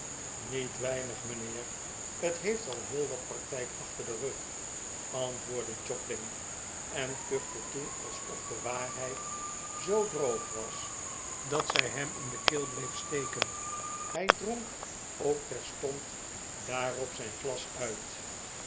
niet weinig mijnheer het heeft al heel wat praktijk achter den rug antwoordde jobling en kuchte toen alsof de waarheid zoo droog was dat zij hem in de keel bleef steken hij dronk ook terstond daarop zijn glas uit